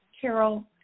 Carol